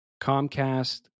Comcast